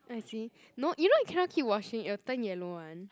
I see no you know you cannot keep washing it will turn yellow [one]